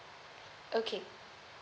okay